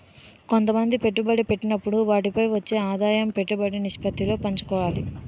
కొంతమంది పెట్టుబడి పెట్టినప్పుడు వాటిపై వచ్చే ఆదాయం పెట్టుబడి నిష్పత్తిలో పంచుకోవాలి